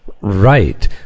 right